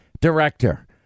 director